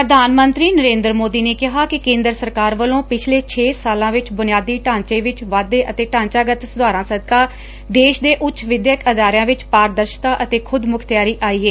ਪ੍ਰਧਾਨ ਮੰਤਰੀ ਨਰੇਂਦਰ ਸੋਦੀ ਨੇ ਕਿਹਾ ਕਿ ਕੇਂਦਰ ਸਰਕਾਰ ਵੱਲੋਂ ਪਿਛਲੇ ਛੇ ਸਾਲਾਂ ਵਿਚ ਬੁਨਿਆਦੀ ਢਾਂਚੇ ਵਿਚ ਵਾਧੇ ਅਤੇ ਢਾਚਾਗਤ ਸੁਧਾਰਾ ਸਦਕਾ ਦੇਸ਼ ਦੇ ਉੱਚ ਵਿਦਿਅਕ ਅਦਾਰਿਆਂ ਵਿਚ ਪਾਰਦਰਸ਼ਤਾ ਅਤੇ ਖੁਦ ਮੁਖਤਿਆਰੀ ਆਈ ਏ